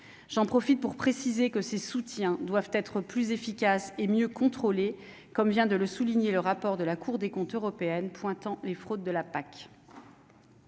j'en profite pour préciser que ces soutiens doivent être plus efficaces et mieux contrôler comme vient de le souligner, le rapport de la Cour des comptes européenne, pointant les fraudes de la PAC.